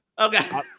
Okay